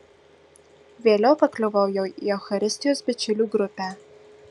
vėliau pakliuvau jau į eucharistijos bičiulių grupę